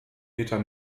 peter